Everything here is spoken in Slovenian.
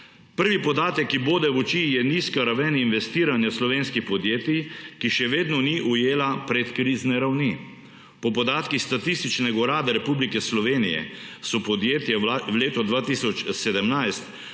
Prvi podatek, ki bode v oči, je nizka raven investiranja slovenskih podjetij, ki še vedno ni ujela predkrizne ravni. Po podatkih Statističnega urada Republike Slovenije so podjetja v letu 2017